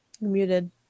Muted